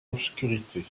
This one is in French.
obscurité